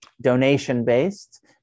donation-based